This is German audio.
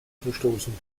verstoßen